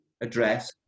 address